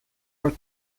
are